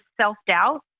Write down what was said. self-doubt